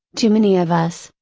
to many of us,